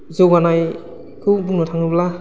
जौगानायखौ बुंनो थाङोब्ला